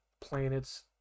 planets